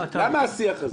למה השיח הזה?